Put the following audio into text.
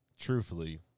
truthfully